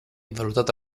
valutata